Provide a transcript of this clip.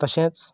तशेंच